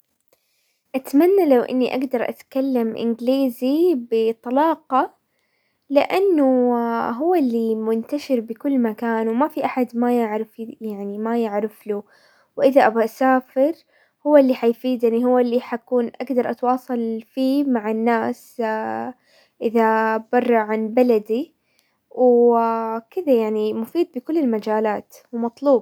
اتمنى لو اني اقدر اتكلم انجليزي بطلاقة، لانه هو اللي منتشر بكل مكان وما في احد ما يعرف يعني- ما يعرف له واذا ابغى اسافر هو اللي حيفيدني، هو اللي حكون اقدر اتواصل فيه مع الناس اذا برا عن بلدي وكذا يعني، مفيد بكل المجالات ومطلوب.